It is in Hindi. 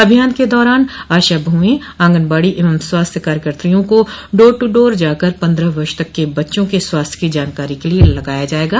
अभियान के दौरान आशा बहुएं ऑगनबाड़ी एवं स्वास्थ्य कार्यकत्रियों को डोर ट्र डोर जाकर पन्द्रह वर्ष तक के बच्चों के स्वास्थ्य की जानकारी के लिए लगाया जायेगा